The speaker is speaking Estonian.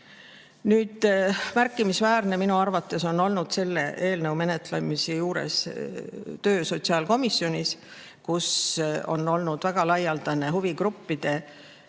Nüüd, märkimisväärne on minu arvates olnud selle eelnõu menetlemise juures töö sotsiaalkomisjonis, kus on olnud väga laialdane huvigruppide